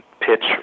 pitch